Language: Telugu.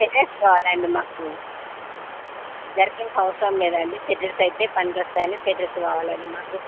స్వేటర్స్స్ కావాలండి మాకు జర్కిన్స్ అవసరం లేదండి స్వేటర్స్స్ అయితే పనికొస్తాని స్వేటర్స్స్ కావాలండి మాకు